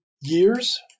years